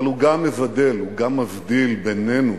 אבל זה מבדל, גם מבדיל, בינינו